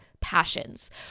passions